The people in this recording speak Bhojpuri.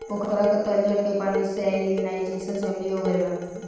पोखरा के तलछट के पानी सैलिनाइज़ेशन से अम्लीय हो गईल बा